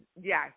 Yes